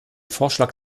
vorschlag